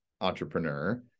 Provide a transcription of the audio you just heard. entrepreneur